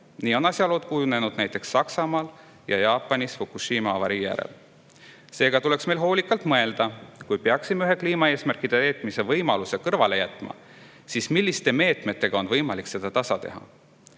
Nii on asjalood kujunenud näiteks Saksamaal ja Jaapanis Fukushima avarii järel. Seega tuleks meil hoolikalt mõelda, et kui peaksime ühe kliimaeesmärkide täitmise võimaluse kõrvale jätma, siis milliste meetmetega on võimalik seda tasa teha.